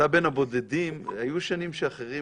היו שנים שאחרים